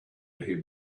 him